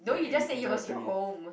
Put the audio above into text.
no you just said it was your home